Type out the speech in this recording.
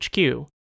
HQ